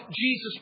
Jesus